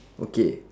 okay